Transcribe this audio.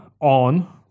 on